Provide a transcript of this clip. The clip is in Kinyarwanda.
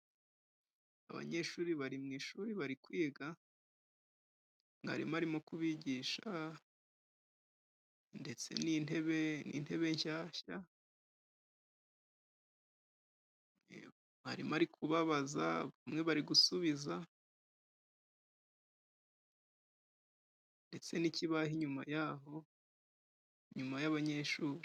Abanyeshuri bari mu ishuri bari kwiga mwarimu arimo kubigisha ndetse n'intebe intebe nshyashya mwarimu ari kubabaza bamwebari gusubiza ndetse n'ikibaho inyuma yaho inyuma yab'anyeshuri.